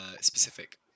specific